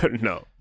no